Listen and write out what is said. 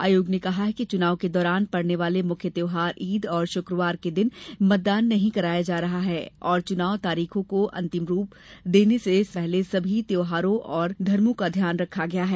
आयोग ने कहा है कि चुनाव के दौरान पड़ने वाले मुख्य त्यौहार ईद और शुक्रवार के दिन मतदान नहीं कराया जा रहा है और चुनाव तारीखों को अंतिम रूप देने से पहले सभी धर्मों के त्यौहारों का ध्यान रखा गया है